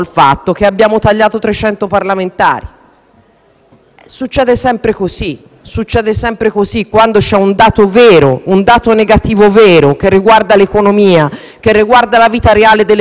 Succede sempre così: quando c'è un dato negativo vero, che riguarda l'economia e la vita reale delle persone, si chiude un porto, si fa un'operazione demagogica, si